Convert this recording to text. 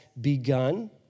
begun